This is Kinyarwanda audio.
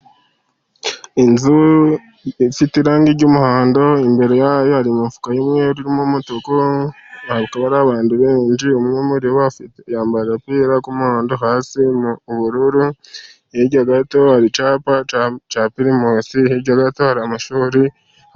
Inzu ifite irangi ry'umuhondo, imbere yayo hari imifuka y'umweru irimo umutuku, hakaba hari abantu benshi. Umwe muri bo yambaye agapira k'umuhondo hasi ubururu, hirya gato hari icyapa cya pirimusi, hirya gato hari amashuri.